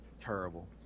Terrible